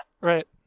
Right